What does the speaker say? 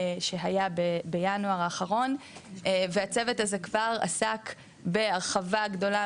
שהיה בינואר האחרון והצוות הזה כבר עסק בהרחבה גדולה